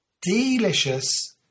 Delicious